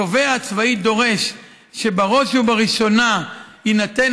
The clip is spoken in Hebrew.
התובע הצבאי דורש שבראש ובראשונה יינתן